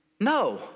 No